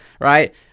right